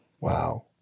Wow